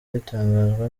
bitangazwa